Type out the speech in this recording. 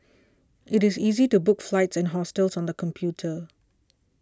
it is easy to book flights and hostels on the computer